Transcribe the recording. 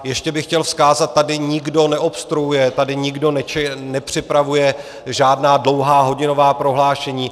Ještě bych chtěl vzkázat tady nikdo neobstruuje, tady nikdo nepřipravuje žádná dlouhá hodinová prohlášení.